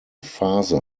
phase